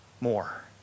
more